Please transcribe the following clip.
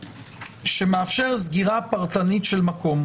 שמאפשר סגירה פרטנית של מקום,